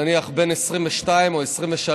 נניח בן 22 או 23,